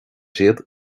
siad